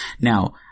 now